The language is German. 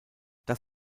das